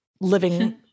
living